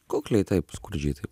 kukliai taip skurdžiai taip